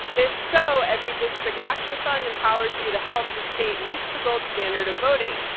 if so, everydistrict action fund empowers you to help your state reach the gold standard of voting.